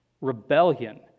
rebellion